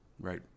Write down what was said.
Right